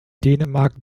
dänemark